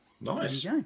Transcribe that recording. Nice